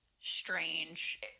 strange